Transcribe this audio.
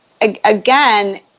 again